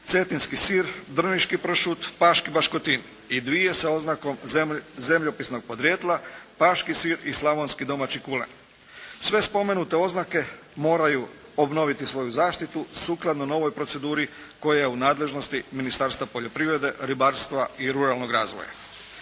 cetinski sir, drniški pršut, paški baškotin. I dvije sa oznakom zemljopisnog podrijetla: paški sir i slavonski domaći kulen. Sve spomenute oznake moraju obnoviti svoju zaštitu sukladno novoj proceduri koja je u nadležnosti Ministarstva poljoprivrede, ribarstva i ruralnog razvoja.